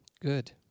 good